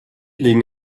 legen